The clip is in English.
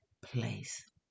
place